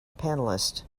panelist